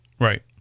Right